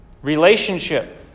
Relationship